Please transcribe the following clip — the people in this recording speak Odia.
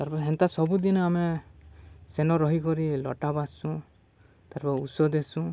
ତାର୍ପରେ ହେନ୍ତା ସବୁଦିନ ଆମେ ସେନ ରହିକରି ଲଟା ବାନ୍ଧ୍ସୁଁ ତାର୍ପରେ ଔଷଧ ଦେସୁଁ